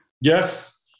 Yes